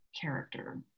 character